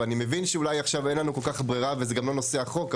ואני מבין שאולי עכשיו אין לנו כל-כך ברירה וזה גם לא נושא החוק,